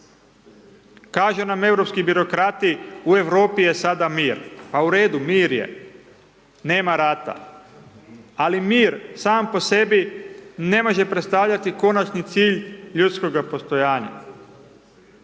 Kažu nam europski birokrati u Europi je sada mir, pa u redu, mir je, nema rata, ali mir sam po sebi ne može predstavljati konačni cilj ljudskoga postojanja.